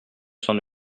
s’en